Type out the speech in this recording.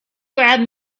grab